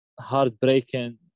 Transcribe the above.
heartbreaking